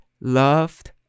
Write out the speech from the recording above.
loved